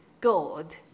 God